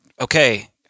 okay